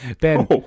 Ben